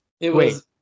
Wait